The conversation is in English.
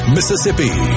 Mississippi